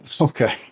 okay